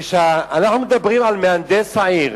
כשאנחנו מדברים על מהנדס העיר,